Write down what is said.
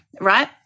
Right